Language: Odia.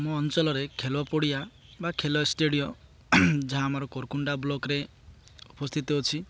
ଆମ ଅଞ୍ଚଳରେ ଖେଳ ପଡ଼ିଆ ବା ଖେଳ ଷ୍ଟାଡ଼ିଅମ୍ କରକୁଣ୍ଡା ବ୍ଲକରେ ଉପସ୍ଥିତ ଅଛି